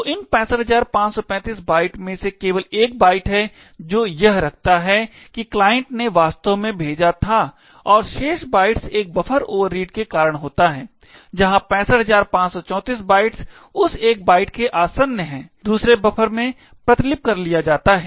तो इन 65535 बाइट्स में से केवल एक बाइट है जो यह रखता है कि क्लाइंट ने वास्तव में भेजा था और शेष बाइट्स एक बफ़र ओवररीड के कारण होता है जहाँ 65534 बाइट्स उस एक बाइट के आसन्न है दूसरे बफ़र में प्रतिलिपि कर लिया जाता है